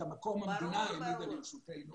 את המקום המדינה העמידה לרשותנו.